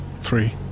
three